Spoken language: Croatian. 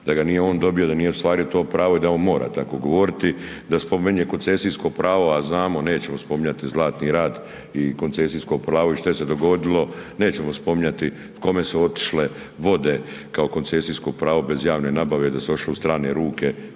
da ga nije on dobio, da nije ostvario to pravo i da on mora tako govoriti, da spominje koncesijsko a znamo, nećemo spominjati Zlatni rat i koncesijsko pravo i šta se dogodilo, nećemo spominjati kome su otišle vode kao koncesijsko pravo bez javne nabave da su otišle u strane ruke